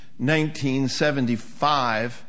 1975